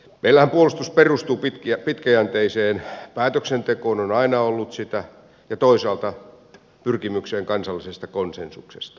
meillähän puolustus perustuu pitkäjänteiseen päätöksentekoon on aina ollut sitä ja toisaalta pyrkimykseen kansallisesta konsensuksesta